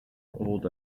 old